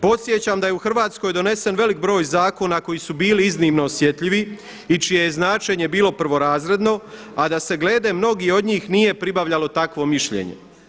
Podsjećam da je u Hrvatskoj donesen velik broj zakona koji su bili iznimno osjetljivi i čije je značenje bilo prvorazredno a da se glede mnogih od njih nije pribavljalo takvo mišljenje.